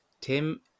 Tim